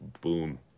boom